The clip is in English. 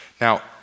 Now